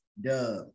Duh